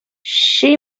she